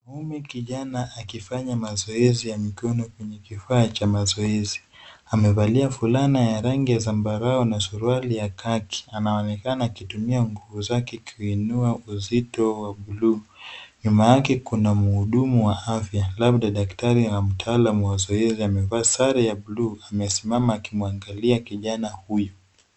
Huyu ni kijana akifanya mazoezi ya mkono kwenye kifaa cha mazoezi. Amevalia fulana ya rangi ya zambarau na suruali ya kaki. Anaonekana akitumia nguvu zake kuinua uzito wa buluu, nyuma yake kuna mhudumu wa afya labda daktari wa mtaalam wa zoezi amevaa sare ya buluu amesimama akimuagalua kijana huyu.